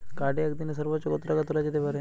কার্ডে একদিনে সর্বোচ্চ কত টাকা তোলা যেতে পারে?